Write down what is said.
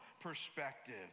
perspective